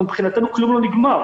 מבחינתנו שום דבר לא נגמר,